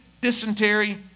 dysentery